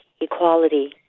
equality